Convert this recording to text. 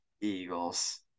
Eagles